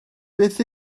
beth